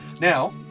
Now